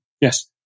Yes